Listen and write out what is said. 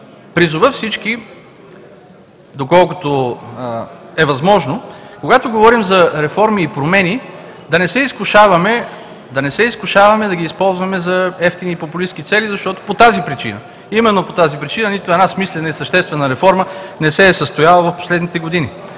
призова всички доколкото е възможно, когато говорим за реформи и промени, да не се изкушаваме да ги използваме за евтини и популистки цели именно по тази причина – нито една смислена и съществена реформа не се е състояла в последните години.